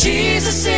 Jesus